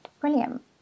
brilliant